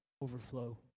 overflow